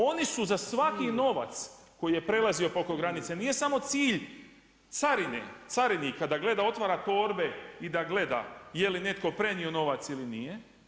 Oni su za svaki novac koji je prelazio … granice, nije samo cilj carine, carinika da gleda, otvara torbe i da gleda je li netko prenio novac ili nije.